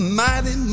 mighty